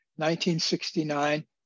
1969